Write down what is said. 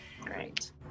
Great